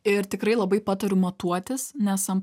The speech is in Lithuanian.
ir tikrai labai patariu matuotis nes ant